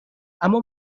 اما